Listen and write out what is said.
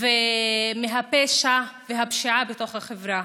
ומהפשע והפשיעה בתוך החברה.